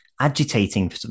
agitating